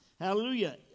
Hallelujah